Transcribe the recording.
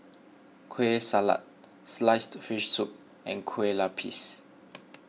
Kueh Salat Sliced Fish Soup and Kue Lupis